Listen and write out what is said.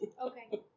Okay